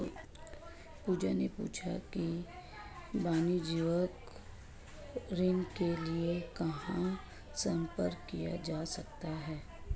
पूजा ने पूछा कि वाणिज्यिक ऋण के लिए कहाँ संपर्क किया जा सकता है?